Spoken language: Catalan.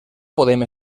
podem